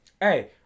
Hey